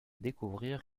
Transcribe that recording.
découvrir